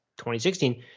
2016